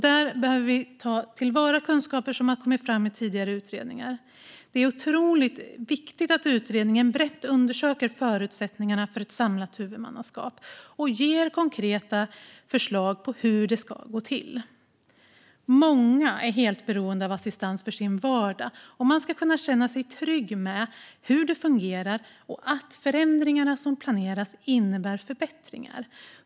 Där behöver vi ta till vara kunskaper som kommit fram i tidigare utredningar. Det är otroligt viktigt att utredningen brett undersöker förutsättningarna för ett samlat huvudmannaskap och ger konkreta förslag på hur det ska gå till. Många är helt beroende av assistans i sin vardag, och man ska kunna känna sig trygg med hur den fungerar och att förändringarna som planeras innebär förbättringar.